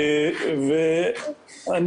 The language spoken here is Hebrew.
אני